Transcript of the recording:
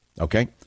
okay